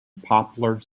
poplar